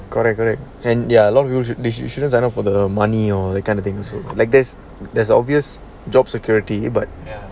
correct correct and their long use this you shouldn't sign up for the money or that kind of thing also like there's there's obvious job security but